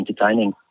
entertaining